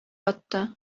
ятты